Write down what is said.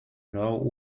nord